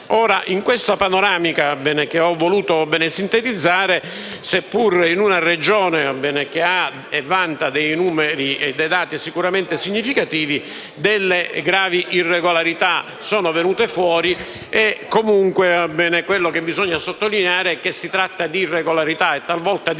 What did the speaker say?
Ora, in questa panoramica che ho voluto sintetizzare, seppur in una Regione che ha e vanta dei numeri e dei dati sicuramente significativi, sono venute fuori delle gravi irregolarità. Comunque, quello che bisogna sottolineare è che si tratta di irregolarità e talvolta di